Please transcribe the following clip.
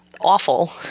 awful